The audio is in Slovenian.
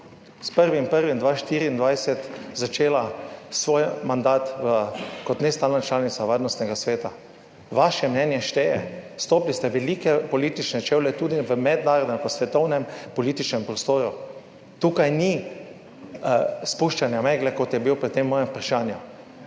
s 1. 1. 2024 začela svoj mandat kot nestalna članica Varnostnega sveta. Vaše mnenje šteje. Stopili ste v velike politične čevlje tudi v mednarodnem ali pa svetovnem političnem prostoru. Tukaj ni spuščanja megle, kot je bilo pri tem mojem vprašanju.